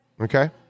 Okay